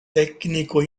tecnico